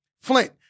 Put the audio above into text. Flint